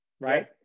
right